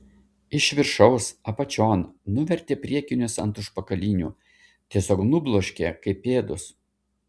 iš viršaus apačion nuvertė priekinius ant užpakalinių tiesiog nubloškė kaip pėdus